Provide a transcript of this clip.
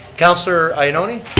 councillor ioannoni?